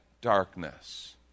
darkness